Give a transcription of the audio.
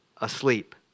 asleep